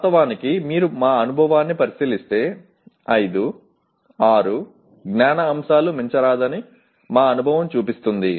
వాస్తవానికి మీరు మా అనుభవాన్ని పరిశీలిస్తే 5 6 జ్ఞాన అంశాలు మించరాదని మా అనుభవం చూపిస్తుంది